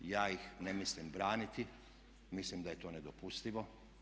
Ja ih ne mislim braniti, mislim da je to nedopustivo.